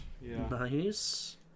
Nice